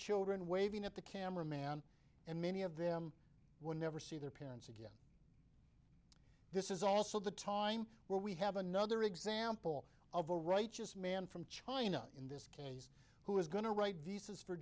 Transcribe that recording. children waving at the camera man and many of them will never see their people this is also the time where we have another example of a righteous man from china in this case who is going to write visas for